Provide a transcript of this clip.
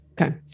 Okay